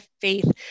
faith